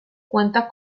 cuenta